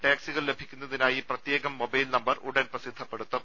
ടാക്സികൾ ലഭിക്കുന്നതിനായി പ്രത്യേകം mobile number number ഉടൻ പ്രസിദ്ധപ്പെടുത്തും